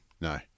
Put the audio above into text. No